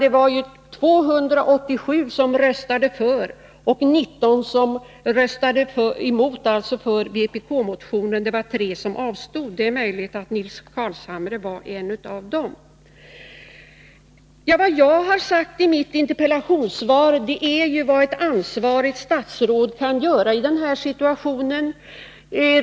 Det var 287 som röstade för förslaget och 19 som röstade för vpk-motionen, och det var 3 som avstod. Det är möjligt att Nils Carlshamre var en av dem. Vad jag har sagt i mitt interpellationssvar är vad ett ansvarigt statsråd kan göra i den här situationen.